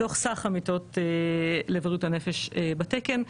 מתוך סך המיטות לבריאות הנפש בתקן,